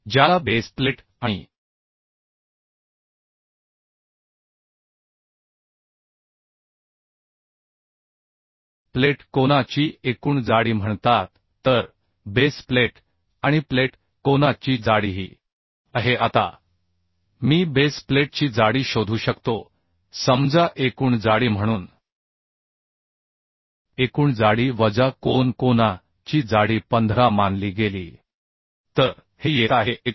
ज्याला base plate आणि plate कोना ची एकूण जाडी म्हणतात तर बेस प्लेट आणि प्लेट कोना ची जाडी ही आहे आता मी बेस प्लेटची जाडी शोधू शकतो समजा एकूण जाडी म्हणून एकूण जाडी वजा कोन कोना ची जाडी 15 मानली गेली तर हे येत आहे 21